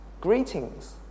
Greetings